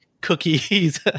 cookies